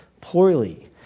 poorly